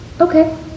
okay